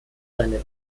seinen